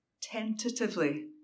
Tentatively